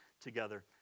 together